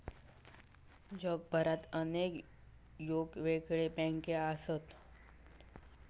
जगभरात अनेक येगयेगळे बँको असत